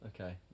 Okay